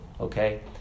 Okay